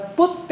put